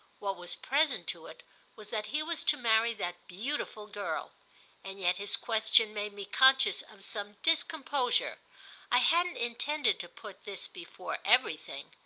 what was present to it was that he was to marry that beautiful girl and yet his question made me conscious of some discomposure i hadn't intended to put this before everything.